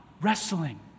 wrestling